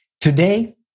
Today